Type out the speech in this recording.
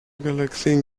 galaxien